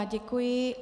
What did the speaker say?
Děkuji.